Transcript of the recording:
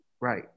Right